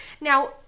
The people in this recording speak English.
Now